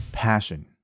passion